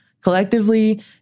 collectively